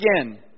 again